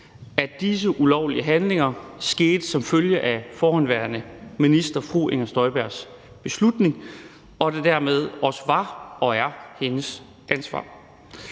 at disse ulovlige handlinger skete som følge af forhenværende minister fru Inger Støjbergs beslutning, og det var og er dermed også hendes ansvar.